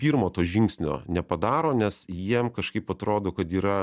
pirmo to žingsnio nepadaro nes jiem kažkaip atrodo kad yra